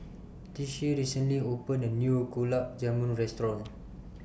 Tishie recently opened A New Gulab Jamun Restaurant